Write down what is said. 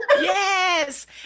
Yes